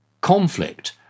conflict